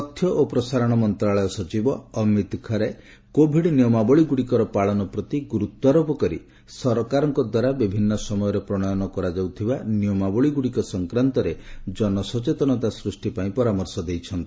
ତଥ୍ୟ ଓ ପ୍ରସାରଣ ମନ୍ତ୍ରଣାଳୟ ସଚିବ ଅମିତ ଖରେ କୋବିଡ ନିୟମାବଳୀଗୁଡିକର ପାଳନ ପ୍ରତି ଗୁରୁତ୍ୱାରୋପ କରି ସରକାରଙ୍କ ଦ୍ୱାରା ବିଭିନ୍ନ ସମୟରେ ପ୍ରଶୟନ କରାଯାଉଥିବା ନିୟମାବଳୀଗୁଡିକ ସଂକ୍ରାନ୍ତରେ ଜନସଚେତନତା ସୃଷ୍ଟି ପାଇଁ ପରାମର୍ଶ ଦେଇଛନ୍ତି